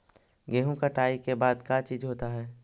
गेहूं कटाई के बाद का चीज होता है?